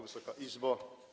Wysoka Izbo!